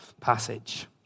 passage